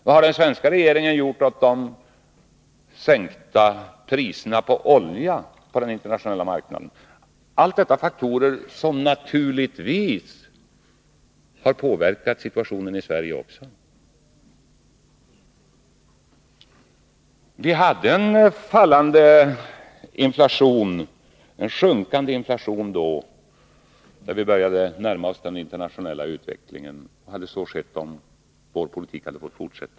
Vad har den svenska regeringen gjort åt de sänkta priserna på olja på den internationella marknaden? Allt detta är ju faktorer som naturligtvis har påverkat situationen också i Sverige. Vi hade en sjunkande inflation i höstas, som började närma sig den internationella utvecklingen. Och den hade säkert sjunkit till den internationella nivån om vår politik fått fortsätta.